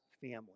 family